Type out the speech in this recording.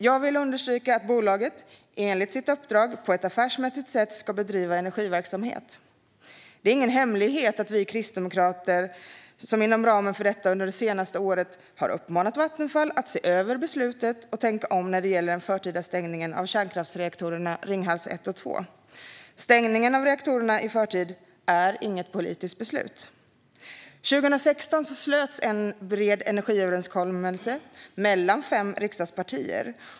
Jag vill understryka att bolaget enligt sitt uppdrag ska bedriva energiverksamhet på ett affärsmässigt sätt. Det är ingen hemlighet att vi kristdemokrater inom ramen för detta under det senaste året har uppmanat Vattenfall att se över beslutet och tänka om när det gäller den förtida stängningen av kärnkraftsreaktorerna Ringhals 1 och 2. Stängningen av reaktorerna i förtid är inget politiskt beslut. År 2016 slöts en bred energiöverenskommelse mellan fem riksdagspartier.